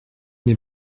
n’ai